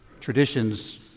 traditions